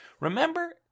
remember